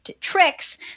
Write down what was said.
tricks